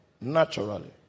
naturally